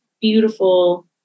beautiful